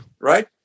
right